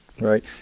Right